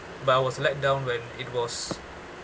but I was let down when it was